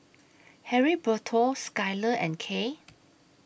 Heriberto Skyler and Kay